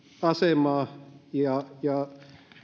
asemaa ja ja